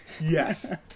Yes